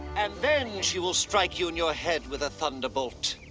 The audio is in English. and then she will strike you in your head with a thunderbolt.